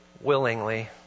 willingly